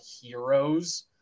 heroes